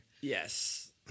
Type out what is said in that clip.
Yes